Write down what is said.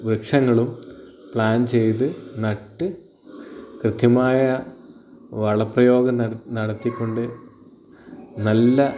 വൃക്ഷങ്ങളും പ്ലാൻ ചെയ്ത് നട്ട് കൃത്യമായ വളപ്രയോഗം നടത്തിക്കൊണ്ട് നല്ല